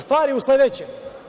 Stvar je u sledećem.